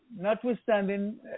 Notwithstanding